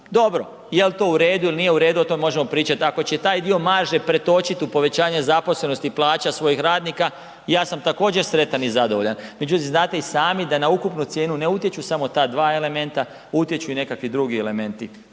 Dobro, jel to u redu ili nije u redu o tome možemo pričati. Ako će taj dio marže pretočiti u povećanje zaposlenosti i plaće svojih radnika, ja sam također sretan i zadovoljan. Međutim znate i sami da na ukupnu cijenu ne utječu samo ta dva elementa, utječu i nekakvi drugi elementi.